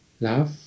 Love